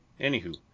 anywho